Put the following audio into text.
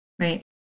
Right